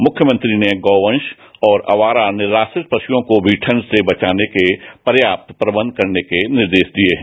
मुख्यमंत्री ने गोवरा और आवारा निराश्रित पशुओं की भी ठंड से बचाने के पर्याप्त प्रबंध करने के निर्देश दिए है